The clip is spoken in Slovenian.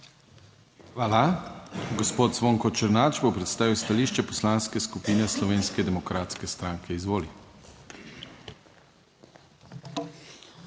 Hvala. Gospod Zvonko Černač bo predstavil stališče Poslanske skupine Slovenske demokratske stranke, izvoli.